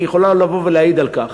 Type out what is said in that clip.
היא יכולה להעיד על כך.